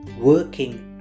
working